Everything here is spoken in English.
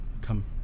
come